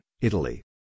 Italy